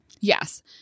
Yes